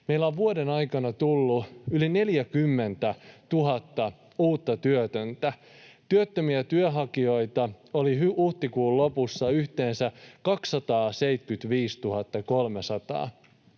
Meillä on vuoden aikana tullut yli 40 000 uutta työtöntä. Työttömiä työnhakijoita oli huhtikuun lopussa yhteensä 275 300.